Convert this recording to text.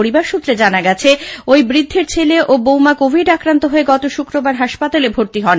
পরিবারসূত্রে জানা গেছে ঐ বৃদ্ধের বড় ছেলে ও বৌমা কোভিদ আক্রান্ত হয়ে গত শুক্রবার হাসপাতালে ভর্তি হন